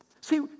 See